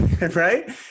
right